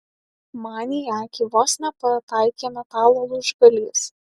man į akį vos nepataikė metalo lūžgalys